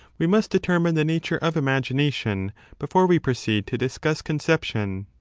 we must determine the nature of imagination before we proceed to discuss conception.